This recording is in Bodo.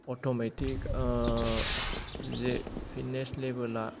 अटमेटिक जे पिटनेस लेभेला